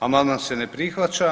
Amandman se ne prihvaća.